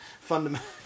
fundamental